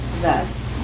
Thus